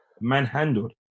Manhandled